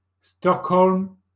Stockholm